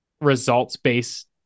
results-based